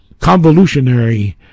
convolutionary